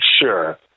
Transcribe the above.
sure